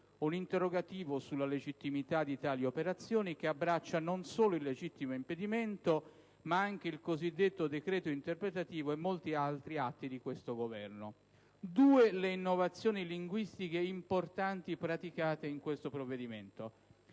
Un interrogativo sulla legittimità di tali operazioni abbraccia non solo il legittimo impedimento, ma anche il cosiddetto decreto interpretativo e molti altri atti di questo Governo. Due le innovazioni linguistiche importanti praticate in questo provvedimento.